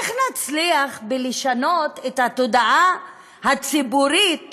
איך נצליח לשנות את התודעה הציבורית